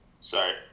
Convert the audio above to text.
Sorry